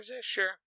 Sure